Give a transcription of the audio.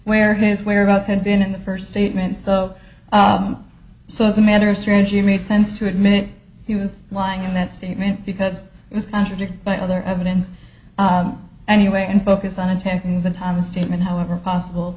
where his whereabouts had been in the first statements so as a matter of strategy made sense to admit he was lying in that statement because it was contradicted by other evidence anyway and focus on attacking the time statement however possible